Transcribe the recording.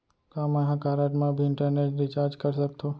का मैं ह कारड मा भी इंटरनेट रिचार्ज कर सकथो